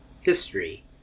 history